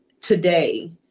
today